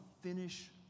finish